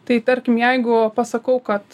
tai tarkim jeigu pasakau kad